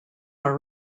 are